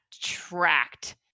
tracked